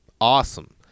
Awesome